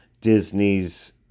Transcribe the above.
Disney's